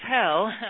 hell